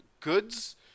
goods